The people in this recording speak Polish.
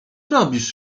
robisz